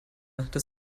das